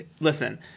listen